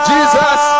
Jesus